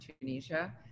Tunisia